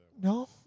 No